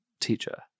teacher